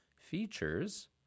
features